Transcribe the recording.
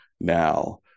now